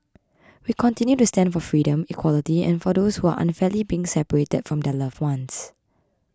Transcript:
we continue to stand for freedom equality and for those who are unfairly being separated from their loved ones